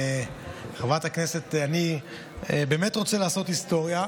חברת הכנסת, אני באמת רוצה לעשות היסטוריה,